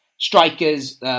Strikers